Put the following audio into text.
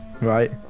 Right